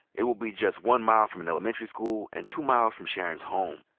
it will be just one mile from an elementary school and two miles from sharon's home.